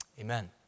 Amen